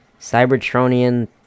Cybertronian